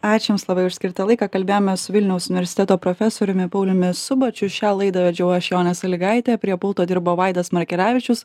ačiū jums labai už skirtą laiką kalbėjomės su vilniaus universiteto profesoriumi pauliumi subačiu šią laidą vedžiau aš jonė sąlygaitė prie pulto dirbo vaidas markelevičius